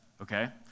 okay